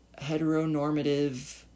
heteronormative